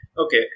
Okay